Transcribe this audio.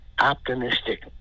optimistic